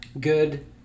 good